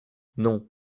non